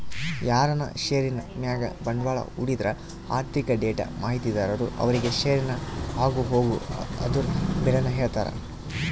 ಯಾರನ ಷೇರಿನ್ ಮ್ಯಾಗ ಬಂಡ್ವಾಳ ಹೂಡಿದ್ರ ಆರ್ಥಿಕ ಡೇಟಾ ಮಾಹಿತಿದಾರರು ಅವ್ರುಗೆ ಷೇರಿನ ಆಗುಹೋಗು ಅದುರ್ ಬೆಲೇನ ಹೇಳ್ತಾರ